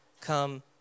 come